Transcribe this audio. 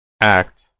act